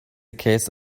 case